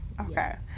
Okay